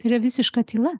yra visiška tyla